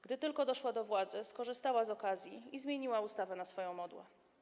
Gdy tylko doszła do władzy, skorzystała z okazji i zmieniła ustawę na swoją modłę.